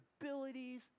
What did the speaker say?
abilities